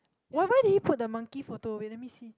why why did he put the monkey photo wait let me see